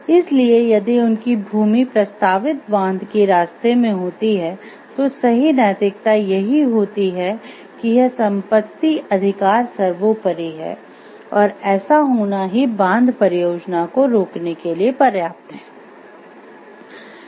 इसलिए यदि उनकी भूमि प्रस्तावित बांध के रास्ते में होती है तो सही नैतिकता यही होती है कि यह संपत्ति अधिकार सर्वोपरि है और ऐसा होना ही बांध परियोजना को रोकने के लिए पर्याप्त है